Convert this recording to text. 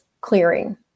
clearing